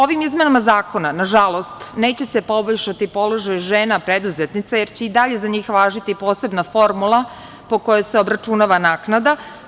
Ovim izmenama zakona, nažalost, neće se poboljšati položaj žena preduzetnica, jer će i dalje za njih važiti posebna formula po kojoj se obračunava naknada.